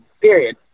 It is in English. period